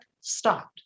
stopped